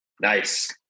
nice